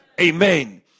Amen